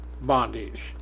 bondage